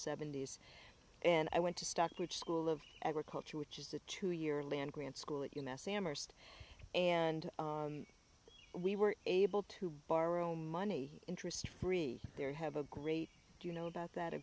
seventy's and i went to stock which school of agriculture which is a two year land grant school at u mass amherst and we were able to borrow money interest free there have a great do you know about that